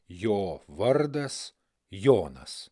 jo vardas jonas